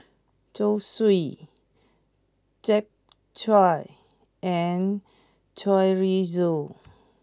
Zosui Japchae and Chorizo